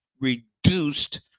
reduced